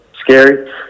scary